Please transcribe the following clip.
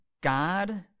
God